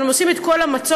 אבל הם עושים את כל המצות.